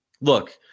look